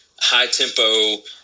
high-tempo